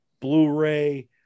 Blu-ray